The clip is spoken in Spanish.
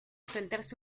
enfrentarse